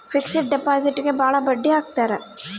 fixed ಡಿಪಾಸಿಟ್ಗೆ ಭಾಳ ಬಡ್ಡಿ ಹಾಕ್ತರ